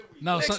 no